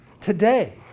today